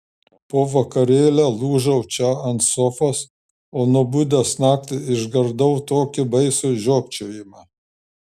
po vakarėlio lūžau čia ant sofos o nubudęs naktį išgirdau tokį baisų žiopčiojimą